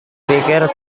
pikir